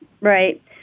Right